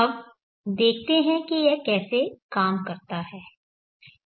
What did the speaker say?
अब देखते हैं कि यह कैसे काम करता है